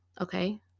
okay